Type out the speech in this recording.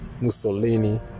Mussolini